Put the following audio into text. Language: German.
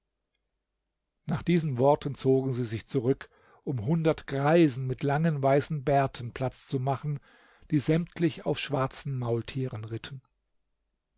nach diesen worten zogen sie sich zurück um hundert greisen mit langen weißen bärten platz zu machen die sämtlich auf schwarzen maultieren ritten